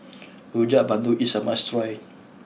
Rojak Bandung is a must try